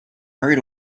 hurried